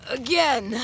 ...again